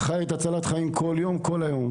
אני חי את כל הנושא של הצלת חיים כל יום, כל היום.